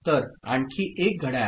तर आणखी एक घड्याळ